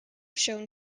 shown